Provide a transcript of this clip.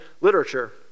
literature